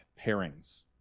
pairings